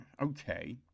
okay